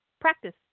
practice